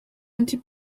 empty